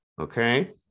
Okay